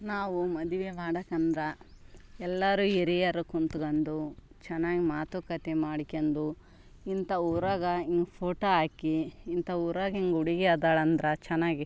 ನಾವು ಮದುವೆ ಮಾಡೊಕಂದ್ರ ಎಲ್ಲರು ಹಿರಿಯರು ಕುಂತ್ಕಂಡು ಚೆನ್ನಾಗ್ ಮಾತು ಕತೆ ಮಾಡ್ಕೆಂಡು ಇಂಥ ಊರಾಗ ಫೋಟೋ ಹಾಕಿ ಇಂಥ ಊರಾಗ ಹಿಂಗೆ ಹುಡ್ಗಿ ಅದಾಳ ಅಂದ್ರೆ ಚೆನ್ನಾಗಿ